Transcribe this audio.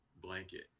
blanket